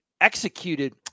executed